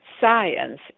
Science